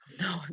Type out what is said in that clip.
no